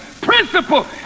principle